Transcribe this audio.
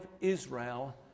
Israel